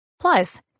Plus